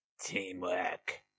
Teamwork